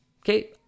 Okay